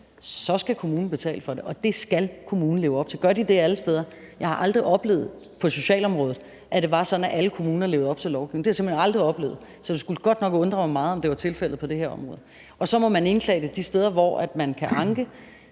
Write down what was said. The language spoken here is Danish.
så skal kommunen betale for det, og det skal kommunen leve op til. Gør de det alle steder? Jeg har aldrig oplevet på socialområdet, at det var sådan, at alle kommuner levede op til lovgivningen. Det har jeg simpelt hen aldrig oplevet, så det skulle godt nok undre mig meget, om det var tilfældet på det her område. Men så må man indklage det de steder, hvor man kan anke.